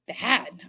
bad